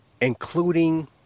including